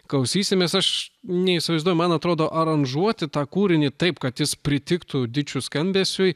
klausysimės aš neįsivaizduoju man atrodo aranžuoti tą kūrinį taip kad jis pritiktų dičių skambesiui